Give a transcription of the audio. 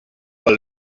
pel